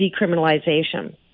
decriminalization